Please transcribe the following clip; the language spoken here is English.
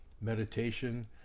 Meditation